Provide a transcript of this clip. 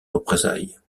représailles